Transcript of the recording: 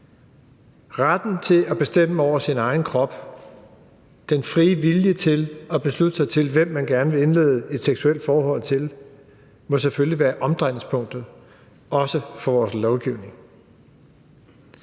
Retten til at bestemme over sin egen krop, den frie vilje til at beslutte sig til, hvem man gerne vil indlede et seksuelt forhold til, må selvfølgelig være omdrejningspunktet, også for vores lovgivning.